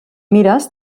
mires